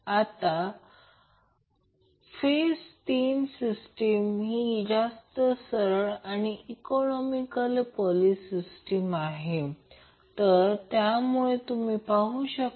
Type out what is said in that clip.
आता जर आठवत असेल की ते √L C आहे ω समान आहे असे म्हणा तर RL2 LCRC 2 LC असे काहीतरी आहे